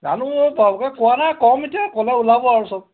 জানো অঁ চবকে কোৱা নাই ক'ম এতিয়া ক'লে ওলাব আৰু চব